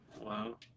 Wow